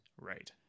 Right